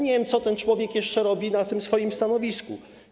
Nie wiem, co ten człowiek jeszcze robi na swoim stanowisku.